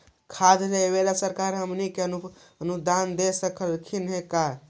खाद लेबे सरकार हमनी के अनुदान दे सकखिन हे का?